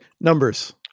numbers